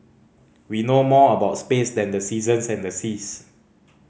we know more about space than the seasons and the seas